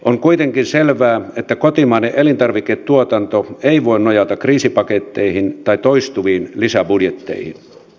on kuitenkin selvää että kotimainen elintarviketuotanto ei voi nojata kriisipaketteihin tai toistuviin lisäbudjetteihin